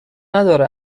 نداره